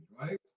right